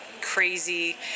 crazy